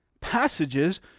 passages